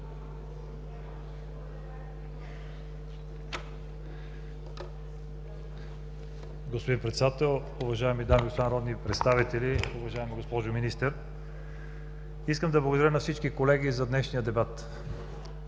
Господин Председател, уважаеми дами и господа народни представители, уважаема госпожо Министър! Искам да благодаря на всички колеги за днешния дебат!